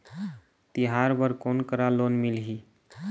तिहार बर कोन करा लोन मिलही?